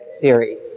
theory